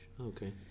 Okay